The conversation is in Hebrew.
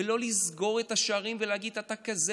ולא לסגור את השערים ולהגיד: אתה כזה,